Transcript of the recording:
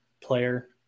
player